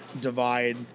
divide